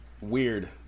weird